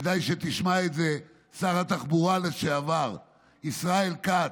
כדאי שתשמע את זה, שר התחבורה לשעבר ישראל כץ,